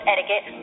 Etiquette